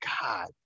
God